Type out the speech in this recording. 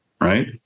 right